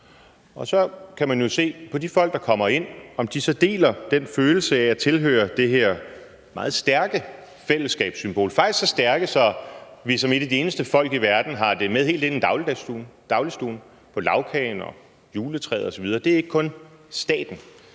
Og så kan man jo se på de folk, der kommer ind, om de så deler den følelse af at tilhøre det her meget stærke fællesskabssymbol. Det er faktisk så stærkt, at vi som et af de eneste folk i verden har det med helt ind i dagligstuen, på lagkagen og på juletræet osv. – det vedrører ikke kun staten.